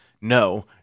no